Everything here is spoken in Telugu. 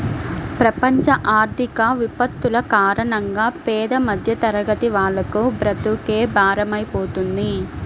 ప్రపంచ ఆర్థిక విపత్తుల కారణంగా పేద మధ్యతరగతి వాళ్లకు బ్రతుకే భారమైపోతుంది